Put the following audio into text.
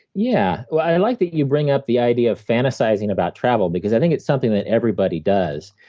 yeah, well, i like that you bring up the idea of fantasizing about travel because i think it's something that everybody does,